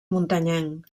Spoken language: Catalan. muntanyenc